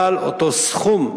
אבל אותו סכום,